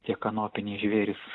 tie kanopiniai žvėrys